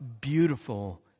beautiful